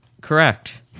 Correct